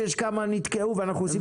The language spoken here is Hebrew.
שיש כמה נתקעו ואנחנו עושים תיקון חוק.